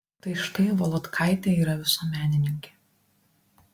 tai štai volodkaitė yra visuomenininkė